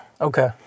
Okay